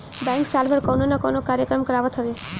bank साल भर कवनो ना कवनो कार्यक्रम करावत हवे